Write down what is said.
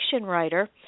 writer